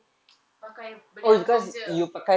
pakai beli album jer